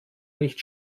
nicht